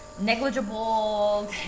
negligible